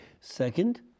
Second